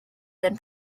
been